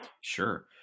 Sure